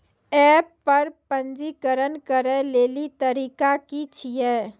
App पर पंजीकरण करै लेली तरीका की छियै?